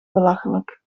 belachelijk